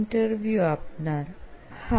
interview આપનાર હા